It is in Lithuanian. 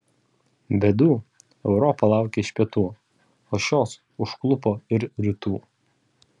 bėdų europa laukė iš pietų o šios užklupo ir rytų